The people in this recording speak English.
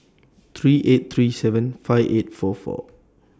three eight three seven five eight four four